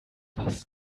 was